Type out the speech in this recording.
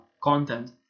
content